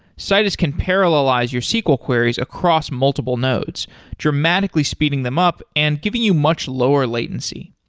citus can parallelize your sql queries across multiple nodes dramatically speeding them up and giving you much lower latency.